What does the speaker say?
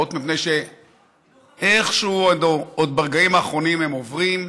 מפני שאיכשהו ברגעים האחרונים הם עוברים.